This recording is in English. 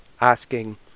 asking